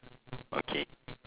okay